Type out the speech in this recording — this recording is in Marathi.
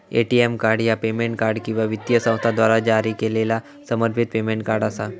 ए.टी.एम कार्ड ह्या पेमेंट कार्ड किंवा वित्तीय संस्थेद्वारा जारी केलेला समर्पित पेमेंट कार्ड असा